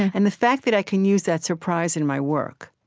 and the fact that i can use that surprise in my work,